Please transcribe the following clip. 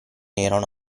erano